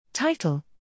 Title